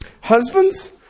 Husbands